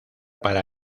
para